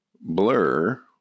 Blur